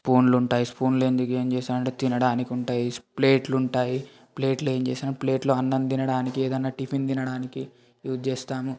స్పూన్లు ఉంటాయి స్పూన్లతో ఎందుకు ఏం చేసానంటే తినడానికుంటాయి ప్లేట్లుంటాయి ప్లేట్లు ఏం చేసానంటే ప్లేట్లు అన్నం తినడానికి ఏదన్నా టిఫిన్ తినడానికి యూస్ చేస్తాము